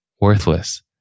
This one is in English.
worthless